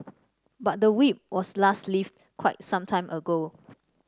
but the Whip was last lifted quite some time ago